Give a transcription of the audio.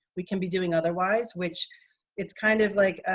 we can be doing otherwise, which it's kind of like.